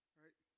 right